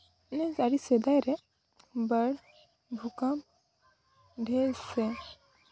ᱤᱱᱟᱹ ᱟᱹᱰᱤ ᱥᱮᱫᱟᱭ ᱨᱮ ᱵᱟᱲ ᱵᱷᱩᱠᱟᱢ ᱰᱷᱮᱹᱨ ᱥᱮ